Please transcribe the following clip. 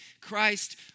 Christ